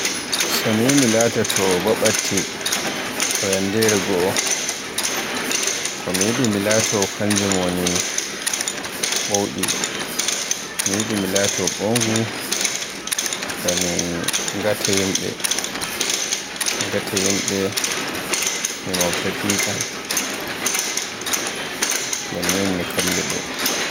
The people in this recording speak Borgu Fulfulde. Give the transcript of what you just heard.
So mi mi latoto baɓatti ba yanndere goo, ko mi yiɗi mi laato kanjum woni ɓowɗi, mi yiɗi mi laato ɓowngu ngam mi ngata yimɓe, mi ngata yimɓe mi mobtay tcican, ngam min mi kalludo.